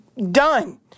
done